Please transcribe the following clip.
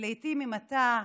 כי לעיתים, אם אתה,